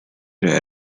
day